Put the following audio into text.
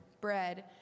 bread